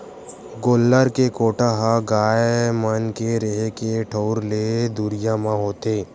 गोल्लर के कोठा ह गाय मन के रेहे के ठउर ले दुरिया म होथे